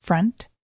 Front